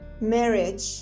Marriage